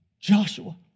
Joshua